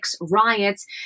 riots